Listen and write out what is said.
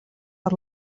per